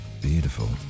beautiful